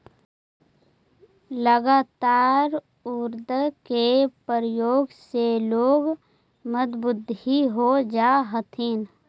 लगातार उड़द के प्रयोग से लोग मंदबुद्धि हो जा हथिन